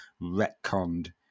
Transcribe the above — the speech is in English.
retconned